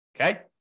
Okay